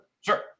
Sure